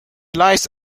lies